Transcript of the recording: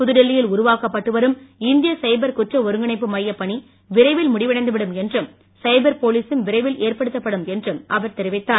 புதுடெல்லியில் உருவாக்கப்பட்டு வரும் இந்திய சைபர் குற்ற ஒருங்கிணைப்பு மையப் பணி விரைவில் முடிவடைந்து விடும் என்றும் சைபர் போலீசும் விரைவில் ஏற்படுத்தப்படும் என்றும் அவர் தெரிவித்தார்